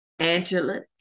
Angela